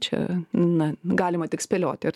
čia na galima tik spėlioti ar